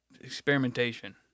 experimentation